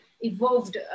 evolved